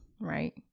right